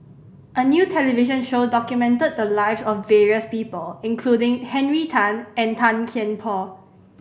a new television show documented the lives of various people including Henry Tan and Tan Kian Por